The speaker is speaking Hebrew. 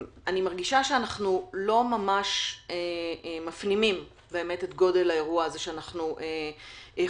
אני מרגישה שאנחנו לא ממש מפנימים את גודל האירוע הזה שאנחנו חווים,